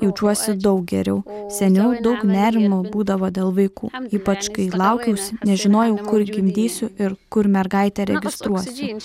jaučiuosi daug geriau seniau daug nerimo būdavo dėl vaikų ypač kai laukiausi nežinojau kur gimdysiu ir kur mergaitę registruosiu